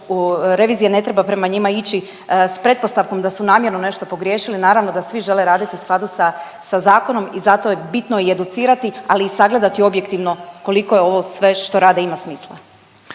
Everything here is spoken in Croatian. revizije ne treba prema njima ići s pretpostavkom da su namjerno nešto pogriješili. Naravno da svi žele raditi u skladu sa zakonom i zato je bitno i educirati, ali i sagledati objektivno koliko ovo sve što rade ima smisla.